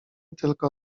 tylko